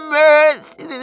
mercy